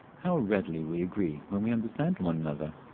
how readily we agree when we understand one another!